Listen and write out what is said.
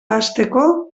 hasteko